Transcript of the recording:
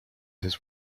his